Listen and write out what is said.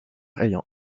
ayant